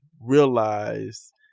realize